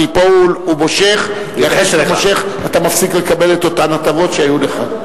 כי פה הוא מושך ואחרי שאתה מושך אתה מפסיק לקבל את אותן הטבות שהיו לך.